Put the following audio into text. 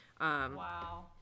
Wow